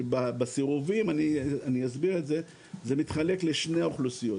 שבסירובים זה מתחלק לשני אוכלוסיות.